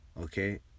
Okay